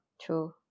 true